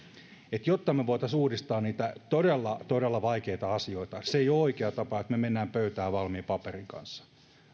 tämä jotta me voisimme uudistaa niitä todella todella vaikeita asioita se ei ole oikea tapa että me menemme pöytään valmiin paperin kanssa